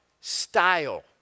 style